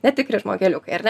netikri žmogeliukai ar ne